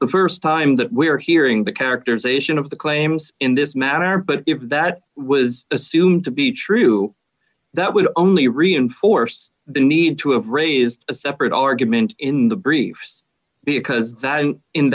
the st time that we are hearing the characterization of the claims in this matter but if that was assumed to be true that would only reinforce the need to have raised a separate argument in the briefs because